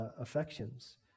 affections